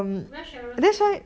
where cheryl stay